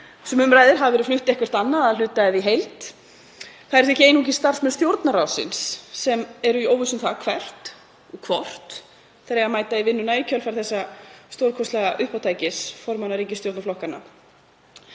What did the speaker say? um ræðir hafa verið flutt eitthvert annað að hluta eða í heild. Það eru því ekki einungis starfsmenn Stjórnarráðsins sem eru í óvissu um það hvert og hvort þeir eiga að mæta í vinnuna í kjölfar þessa stórkostlega uppátækis formanna ríkisstjórnarflokkanna.